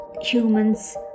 Humans